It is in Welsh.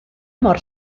mor